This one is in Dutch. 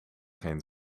geen